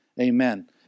Amen